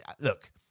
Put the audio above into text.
Look